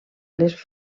les